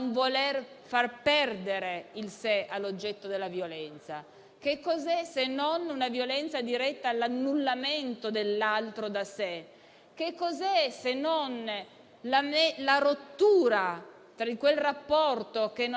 Che cos'è, se non la rottura di quel rapporto che non è ovviamente solo sentimentale, perché il rapporto emotivo-sentimentale con un'altra persona è il riconoscimento dell'altro da sé,